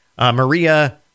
Maria